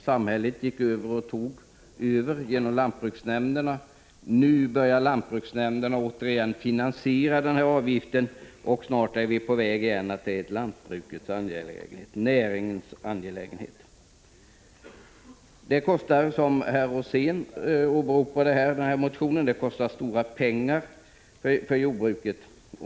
Samhället gick in och tog över ansvaret genom lantbruksnämnderna. Nu börjar lantbruksnämnderna återigen finansiera rådgivningen genom avgifter, och snart är vi tillbaka i ett läge där det är näringens angelägenhet. Det här kostar, som herr Rosén åberopade, stora pengar för jordbruket.